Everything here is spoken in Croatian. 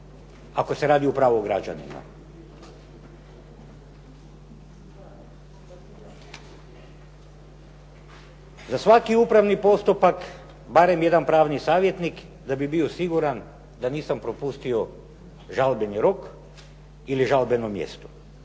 ako se radi o pravu građanina. Za svaki upravi postupak, barem jedan pravni savjetnik da bi bio siguran da nisam propustio žalbeni rok ili žalbeno mjesto,